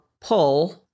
pull